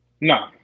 No